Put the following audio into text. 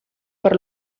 per